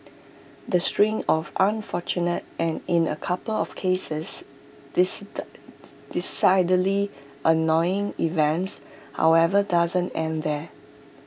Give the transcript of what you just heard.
the string of unfortunate and in A couple of cases decidedly annoying events however doesn't end there